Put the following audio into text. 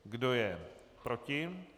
Kdo je proti?